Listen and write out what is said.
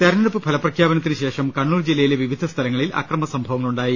തെരഞ്ഞെടൂപ്പ് ഫലപ്രഖ്യാപനത്തിനുശേഷം കണ്ണൂർ ജില്ലയിലെ വിവിധ സ്ഥലങ്ങളിൽ അക്രമസംഭവങ്ങളുണ്ടായി